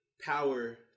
power